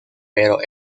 pero